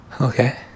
Okay